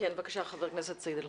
כן, בבקשה חבר הכנסת סעיד אלחרומי.